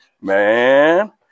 man